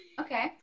Okay